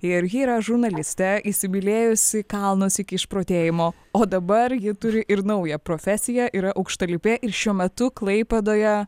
ir ji yra žurnalistė įsimylėjusi kalnus iki išprotėjimo o dabar ji turi ir naują profesiją yra aukštalipė ir šiuo metu klaipėdoje